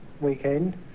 weekend